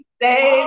say